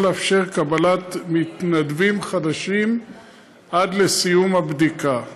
לאפשר קבלת מתנדבים חדשים עד לסיום הבדיקה.